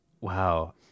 Wow